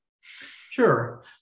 Sure